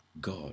God